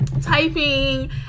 Typing